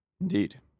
Indeed